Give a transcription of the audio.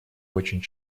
очень